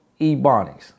Ebonics